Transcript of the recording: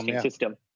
system